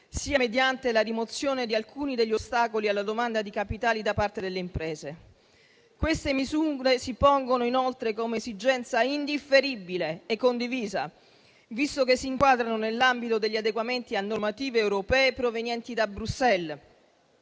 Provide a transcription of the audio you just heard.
sia mediante la rimozione di alcuni degli ostacoli alla domanda di capitali da parte delle imprese. Queste misure si pongono inoltre come esigenza indifferibile e condivisa, visto che si inquadrano nell'ambito degli adeguamenti a normative europee provenienti da Bruxelles,